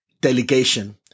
delegation